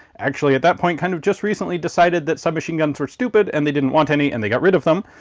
actually at that point kind of just recently decided that submachine guns were stupid and they didn't want any and they got rid of them.